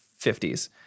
50s